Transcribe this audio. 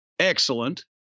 excellent